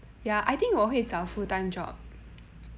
ya I think 我会找 full time job